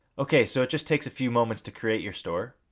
okay, so it just takes a few moments to create your store.